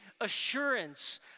assurance